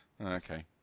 Okay